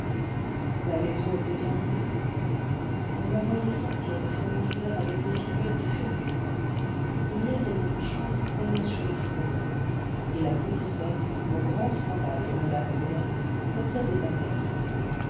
la maison était bien triste maintenant on en voyait sortir les fournisseurs avec des figures furieuses il y avait des mouchoirs traînant sur les fourneaux et la petite berthe au grand scandale de madame homais portait des bas percés